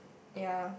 ya